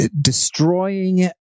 destroying